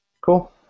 Cool